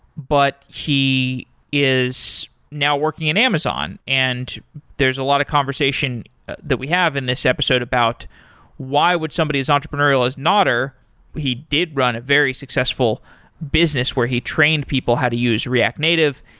but he is now working in amazon, and there's a lot of conversation that we have in this episode about why would somebody as entrepreneurial as nader, he did run a very successful business where he trained people how to use react native,